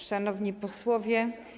Szanowni Posłowie!